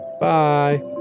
Bye